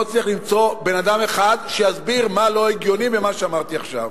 אני לא מצליח למצוא בן-אדם אחד שיסביר מה לא הגיוני במה שאמרתי עכשיו.